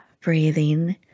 breathing